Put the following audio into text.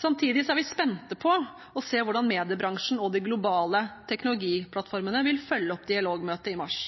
Samtidig er vi spent på å se hvordan mediebransjen og de globale teknologiplattformene vil følge opp dialogmøtet i mars.